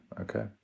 okay